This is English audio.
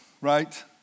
right